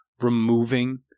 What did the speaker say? removing